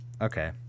okay